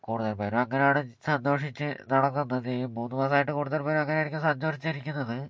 കൂടുതല് പേരും അങ്ങനെയാണ് സന്തോഷിച്ച് നടന്നത് ഈ മൂന്നു മാസമായിട്ട് കൂടുതല് പേരും അങ്ങെനെയായിരിക്കും സന്തോഷിച്ചിരിക്കുന്നത്